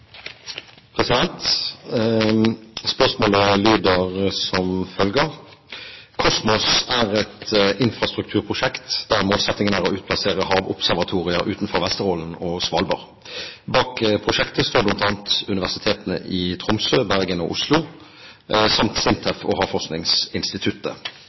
Spørsmålet lyder som følger: «COSMOS er et infrastrukturprosjekt der målsettingen er å utplassere havobservatorier utenfor Vesterålen og Svalbard. Bak prosjektet står bl.a. universitetene i Tromsø, Bergen og Oslo samt